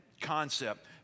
concept